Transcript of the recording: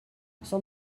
sans